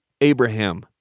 Abraham